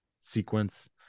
sequence